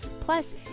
Plus